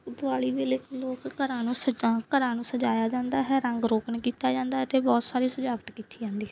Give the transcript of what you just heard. ਅਤੇ ਦਿਵਾਲੀ ਵੇਲੇ ਲੋਕ ਘਰਾਂ ਨੂੰ ਸਜਾ ਘਰਾਂ ਨੂੰ ਸਜਾਇਆ ਜਾਂਦਾ ਹੈ ਰੰਗ ਰੋਗਨ ਕੀਤਾ ਜਾਂਦਾ ਹੈ ਅਤੇ ਬਹੁਤ ਸਾਰੀ ਸਜਾਵਟ ਕੀਤੀ ਜਾਂਦੀ